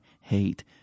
hate